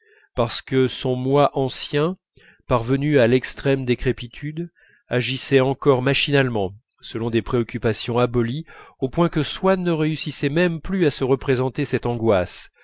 parce que son moi ancien parvenu à l'extrême décrépitude agissait encore machinalement selon des préoccupations abolies au point que swann ne réussissait même plus à se représenter cette angoisse